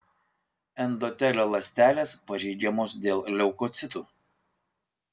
endotelio ląstelės pažeidžiamos dėl leukocitų